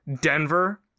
Denver